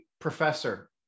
professor